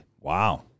Wow